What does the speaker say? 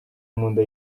munda